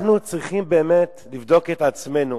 אנחנו צריכים באמת לבדוק את עצמנו,